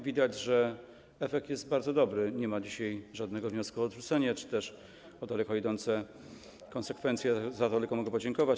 Widać, że efekt jest bardzo dobry - nie ma dzisiaj żadnego wniosku o odrzucenie czy też o daleko idące konsekwencje, za to tylko mogę podziękować.